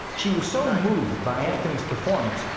she was so moved by anthony's performance,